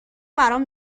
برام